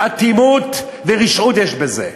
אטימות ורשעות יש בזה?